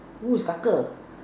who is